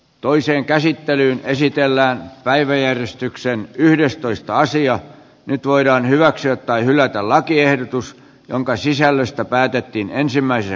toiseen käsittelyyn esitellään päiväjärjestykseen yhdestoista sija nyt voidaan hyväksyä tai hylätä lakiehdotus jonka sisällöstä päätettiin ensimmäisessä